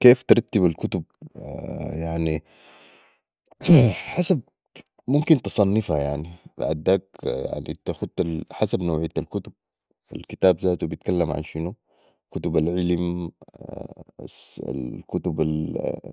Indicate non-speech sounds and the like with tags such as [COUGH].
كيف ترتب الكتب يعني [NOISE] حسب ممكن تصنفا يعني بعداك يعني تخت حسب نوعية الكتب الكتاب زاتو بتكلم عن شنو كتب العلم الكتب